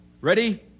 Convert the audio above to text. Ready